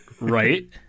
right